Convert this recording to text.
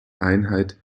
einheit